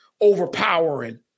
overpowering